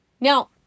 Now